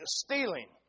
stealing